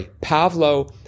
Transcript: Pavlo